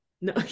No